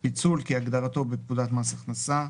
"פיצול" כהגדרתו בפקודת מס הכנסה,